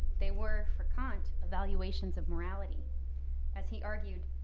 they were, for kant, evaluations of morality as he argued,